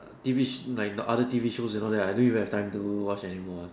T_V is like another T_V shows and all that I don't even have time to watch anymore ah